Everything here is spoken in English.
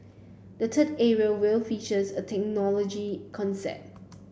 the third area will features a technology concept